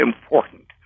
important